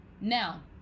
Now